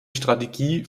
strategie